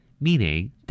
Meaning